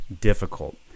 difficult